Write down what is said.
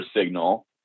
signal